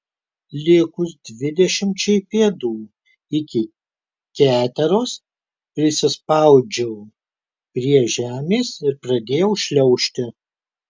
likus dvidešimčiai pėdų iki keteros prisispaudžiau prie žemės ir pradėjau šliaužti